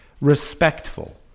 Respectful